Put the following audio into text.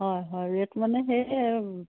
হয় হয় ৰেট মানে সেয়ে আৰু